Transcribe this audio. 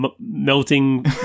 melting